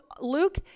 Luke